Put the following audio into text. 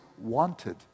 wanted